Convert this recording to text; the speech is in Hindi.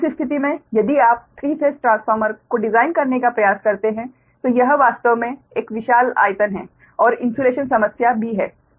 उस स्थिति में यदि आप 3 फेस ट्रांसफार्मर को डिजाइन करने का प्रयास करते हैं तो यह वास्तव में एक विशाल आयतन है और इन्सुलेशन समस्या भी है